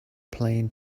plane